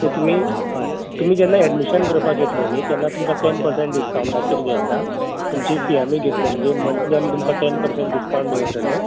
so तुमी हय तुमी जेन्ना एडमिशन करपाक येतली न्ही तेन्ना तुमकां टेन पर्संट डिस्कावन्टाचेर जें आसा तुमची फी आमी घेतलें म्हणजे मंथली आमी तुमकां टेन पर्संट डिस्कावन्ट दवरतलें